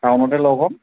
টাউনতে লগ হ'ম